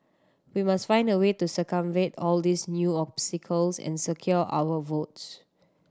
we must find a way to circumvent all these new obstacles and secure our votes